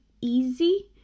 easy